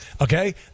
okay